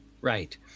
Right